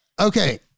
Okay